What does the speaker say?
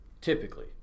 Typically